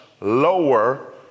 lower